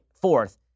fourth